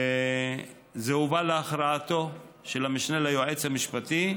וזה הובא להכרעתו של המשנה ליועץ המשפטי,